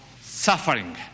suffering